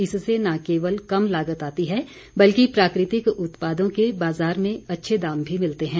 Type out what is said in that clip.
इससे न केवल कम लागत आती है बल्कि प्राकृतिक उत्पादों के बाजार में अच्छे दाम भी मिलते हैं